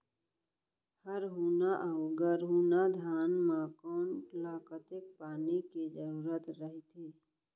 हरहुना अऊ गरहुना धान म कोन ला कतेक पानी के जरूरत रहिथे?